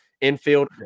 infield